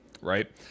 right